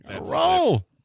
Roll